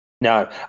no